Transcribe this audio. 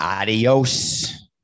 Adios